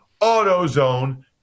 AutoZone